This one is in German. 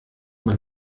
man